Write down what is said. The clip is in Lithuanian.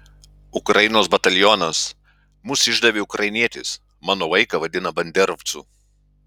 ukrainos batalionas mus išdavė ukrainietis mano vaiką vadina banderovcu